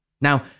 Now